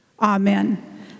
Amen